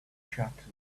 shutters